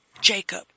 Jacob